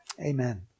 Amen